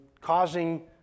causing